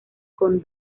con